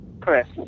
Chris